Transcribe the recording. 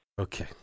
Okay